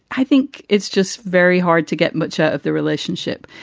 i think it's just very hard to get much out of the relationship.